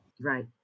Right